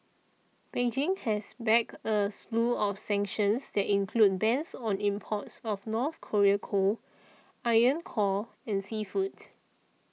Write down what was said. Beijing has backed a slew of sanctions that include bans on imports of North Korean coal iron core and seafood